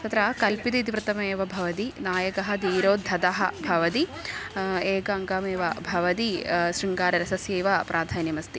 तत्र कल्पित इतिवृत्तमेव भवति नायकः धीरोद्धतः भवति एक अङ्कमेव भवति शृङ्गाररसस्यैव प्राधान्यमस्ति